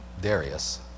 Darius